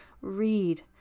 read